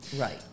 right